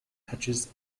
touches